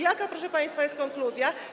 Jaka, proszę państwa, jest konkluzja?